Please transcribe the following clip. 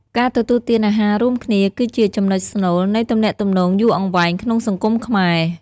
ការទទួលទានអាហាររួមគ្នា គឺជា «ចំណុចស្នូល» នៃទំនាក់ទំនងយូរអង្វែងក្នុងសង្គមខ្មែរ។